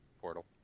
Portal